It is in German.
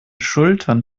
schultern